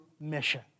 mission